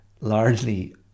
largely